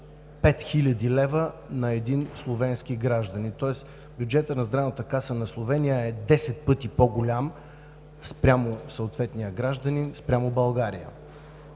5000 лв. на един словенски гражданин. Тоест бюджетът на Здравната каса на Словения е 10 пъти по-голям спрямо съответния гражданин, спрямо България.